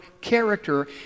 character